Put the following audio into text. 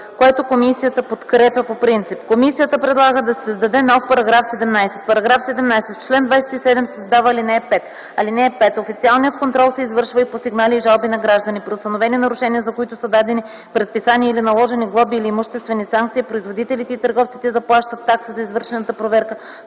предложението по принцип. Комисията предлага да се създаде нов § 17: „§ 17. В чл. 27 се създава ал. 5: „(5) Официалният контрол се извършва и по сигнали и жалби на граждани. При установени нарушения, за които са дадени предписания или наложени глоби или имуществени санкции, производителите и търговците заплащат такса за извършената проверка